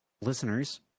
listeners